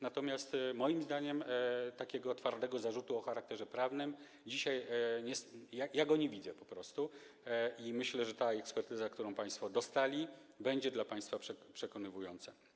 Natomiast moim zdaniem takiego twardego zarzutu o charakterze prawnym dzisiaj nie ma, ja go nie widzę po prostu i myślę, że ta ekspertyza, którą państwo dostali, będzie dla państwa przekonywająca.